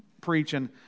preaching